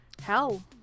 hell